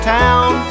town